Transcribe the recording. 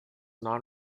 non